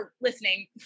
listening